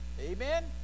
Amen